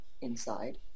inside